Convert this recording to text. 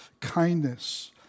kindness